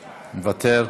מוותר,